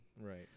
right